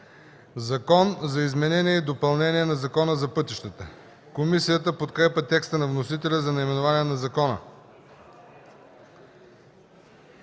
„Закон за изменение и допълнение на Закона за пътищата”. Комисията подкрепя текста на вносителя за наименованието на закона.